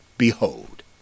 Behold